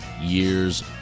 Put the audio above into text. years